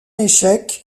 échec